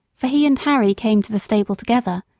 for he and harry came to the stable together,